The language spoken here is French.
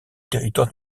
territoire